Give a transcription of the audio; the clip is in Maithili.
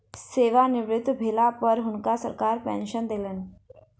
सेवानिवृत भेला पर हुनका सरकार पेंशन देलकैन